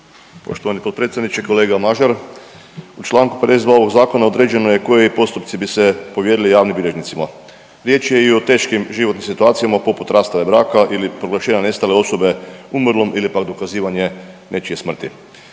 Poštovani potpredsjedniče, kolega Mažar u Članku 52. ovog zakona određeno je koji postupci bi se povjerili javnim bilježnicima. Riječ je i o teškim životnim situacijama poput rastave braka ili proglašenja nestale osobe umrlom ili pak dokazivanje nečije smrti.